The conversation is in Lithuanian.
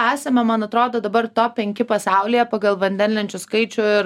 esame man atrodo dabar top penki pasaulyje pagal vandenlenčių skaičių ir